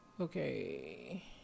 Okay